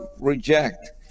reject